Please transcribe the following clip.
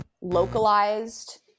localized